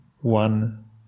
one